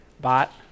bot